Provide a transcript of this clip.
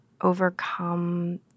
overcome